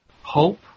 hope